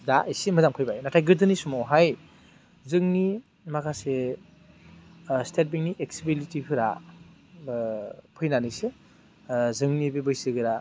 दा एसे मोजां फैबाय नाथाय गोदोनि समावहाय जोंनि माखासे स्टेट बेंक नि एक्स बिएलटि फोरा फैनानैसो जोंनि बे बैसो गोरा